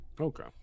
Okay